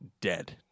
dead